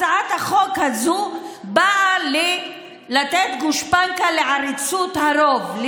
הצעת החוק הזאת באה לתת גושפנקה לעריצות הרוב.